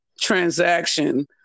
transaction